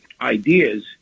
ideas